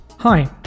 Hi